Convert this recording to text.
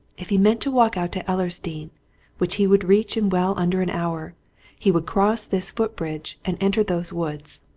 if he meant to walk out to ellersdeane which he would reach in well under an hour he would cross this foot-bridge and enter those woods.